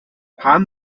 haben